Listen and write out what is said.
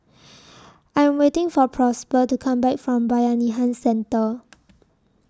I Am waiting For Prosper to Come Back from Bayanihan Centre